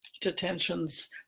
detentions